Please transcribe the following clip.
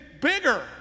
bigger